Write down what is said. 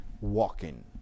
walking